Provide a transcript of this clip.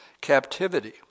captivity